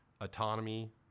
autonomy